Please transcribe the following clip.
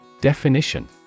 DEFINITION